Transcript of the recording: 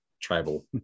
tribal